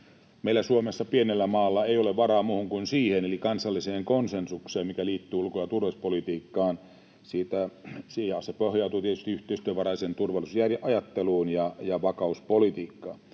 Meillä Suomessa, pienellä maalla ei ole varaa muuhun kuin siihen, eli kansalliseen konsensukseen, mikä liittyy ulko- ja turvallisuuspolitiikkaan, ja se pohjautuu tietysti yhteistyövaraiseen turvallisuusajatteluun ja vakauspolitiikkaan.